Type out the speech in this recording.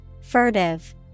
Furtive